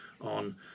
on